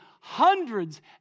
hundreds